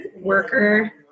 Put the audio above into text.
worker